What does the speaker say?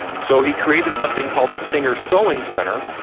so he created something called the singer sewing centre,